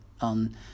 on